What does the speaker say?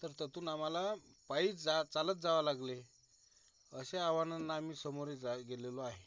तर तिथून आम्हाला पायीच जा चालत जावे लागले असे आव्हानांना आम्ही सामोरे जाय गेलेलो आहे